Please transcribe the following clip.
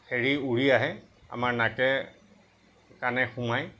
হেৰি উৰি আহে আমাৰ নাকে কাণে সোমাই